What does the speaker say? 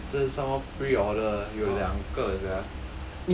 ya sia 这个说 pre-order 有两个 sia